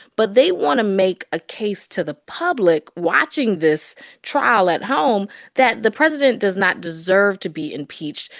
but they want to make a case to the public watching this trial at home that the president does not deserve to be impeached.